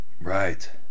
right